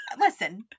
listen